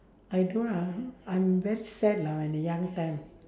I don't um I'm very sad lah in the young time